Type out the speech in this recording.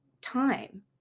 time